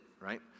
right